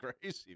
crazy